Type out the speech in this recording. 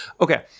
Okay